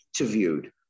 interviewed